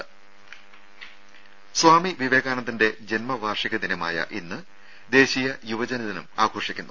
ദേദ സ്വാമി വിവേകാനന്ദന്റെ ജന്മവാർഷിക ദിനമായ ഇന്ന് ദേശീയ യുവജന ദിനം ആഘോഷിക്കുന്നു